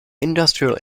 industrial